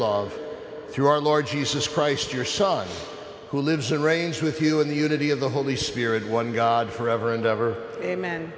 love through our lord jesus christ your son who lives arranged with you in the unity of the holy spirit one god forever and ever amen